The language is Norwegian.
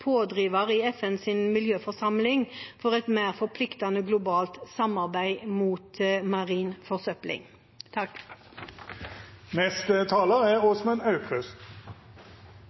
pådriver i FNs miljøforsamling for et mer forpliktende globalt samarbeid mot marin forsøpling.